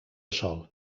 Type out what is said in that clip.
sol